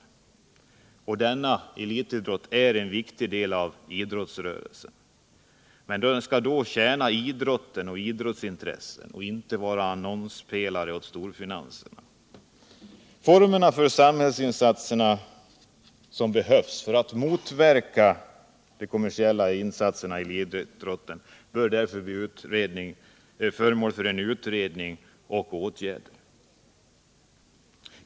Och den är en viktig del av idrottsrörelsen. Men den bör tjäna idrotten och idrottsintresset och inte vara annonspelare åt storfinansen. Formerna för de samhällsinsatser som behövs för att motverka de kommersiella intressena i elitidrotten bör därför bli föremål för utredning och åtgärder.